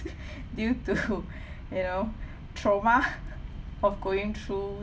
due to you know trauma of going through